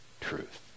truth